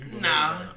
Nah